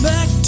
Back